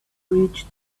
bridge